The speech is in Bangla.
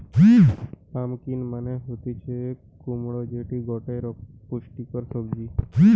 পাম্পিকন মানে হতিছে কুমড়ো যেটি গটে পুষ্টিকর সবজি